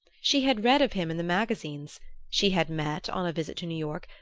she had read of him in the magazines she had met, on a visit to new york,